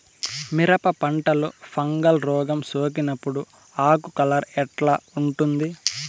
మిరప పంటలో ఫంగల్ రోగం సోకినప్పుడు ఆకు కలర్ ఎట్లా ఉంటుంది?